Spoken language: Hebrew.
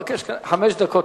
חמש דקות,